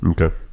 Okay